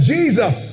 Jesus